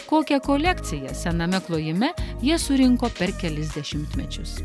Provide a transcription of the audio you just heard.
kokią kolekciją sename klojime jie surinko per kelis dešimtmečius